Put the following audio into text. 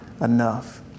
enough